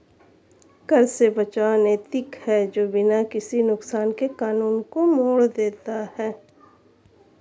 कर से बचाव अनैतिक है जो बिना किसी नुकसान के कानून को मोड़ देता है